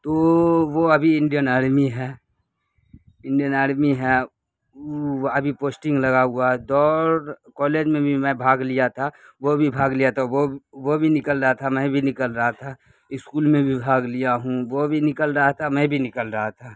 تو وہ ابھی انڈین آرمی ہے انڈین آرمی ہے ابھی پوسٹنگ لگا ہوا ہے دوڑ کالج میں بھی میں بھاگ لیا تھا وہ بھی بھاگ لیا تھا وہ وہ بھی نکل رہا تھا میں بھی نکل رہا تھا اسکول میں بھی بھاگ لیا ہوں وہ بھی نکل رہا تھا میں بھی نکل رہا تھا